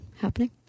happening